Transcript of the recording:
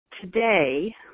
Today